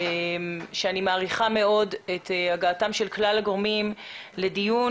שאני מעריכה מאוד את הגעתם של כלל הגורמים לדיון